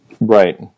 Right